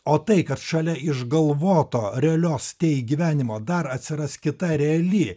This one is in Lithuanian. o tai kad šalia išgalvoto realios gyvenimo dar atsiras kita reali